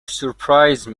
surprise